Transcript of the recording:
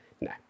no